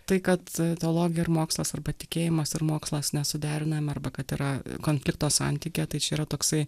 tai kad teologija ir mokslas arba tikėjimas ir mokslas nesuderinama arba kad yra konflikto santykyje tai čia yra toksai